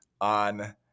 on –